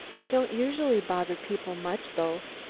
they don't usually bother people much, though.